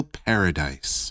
paradise